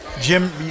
Jim